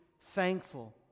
thankful